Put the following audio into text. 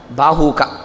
bahuka